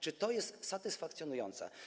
Czy to jest satysfakcjonujące?